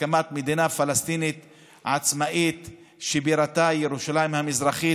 והקמת מדינה פלסטינית עצמאית שבירתה ירושלים המזרחית.